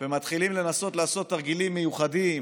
ומתחילים לנסות לעשות תרגילים מיוחדים